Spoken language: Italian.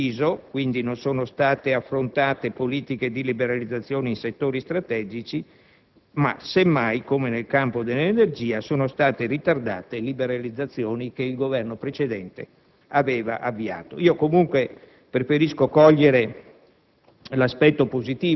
impegno preciso. Non sono state condotte politiche di liberalizzazione in settori strategici, semmai, come è avvenuto nel campo dell'energia, sono state ritardate liberalizzazioni che il Governo precedente aveva avviato. Comunque, preferisco cogliere